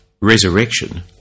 resurrection